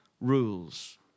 rules